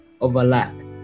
overlap